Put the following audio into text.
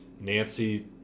Nancy